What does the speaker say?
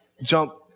Jump